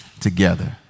together